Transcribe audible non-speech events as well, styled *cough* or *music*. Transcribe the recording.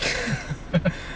ya *laughs*